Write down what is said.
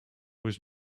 was